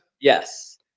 Yes